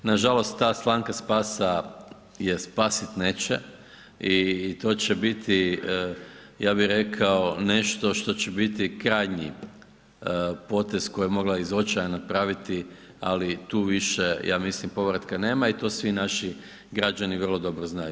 Nažalost ta slamka spasa je spasit neće i to će biti, ja bih rekao, nešto što će biti krajnji potez koji je mogla iz očaja napraviti, ali tu više, ja mislim, povratka nema i to svi naši građani vrlo dobro znaju.